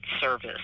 service